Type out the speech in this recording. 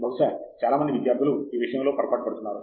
బహుశా చాలా మంది విద్యార్థులు ఈ విషయములో పొరపాటు పడుతున్నారు